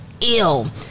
ill